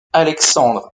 alexandre